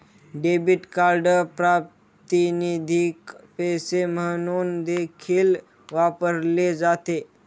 debit card प्रातिनिधिक पैसे म्हणून देखील वापरले जाते